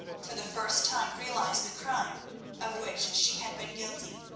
for the first time realised the crime of which she had been guilty,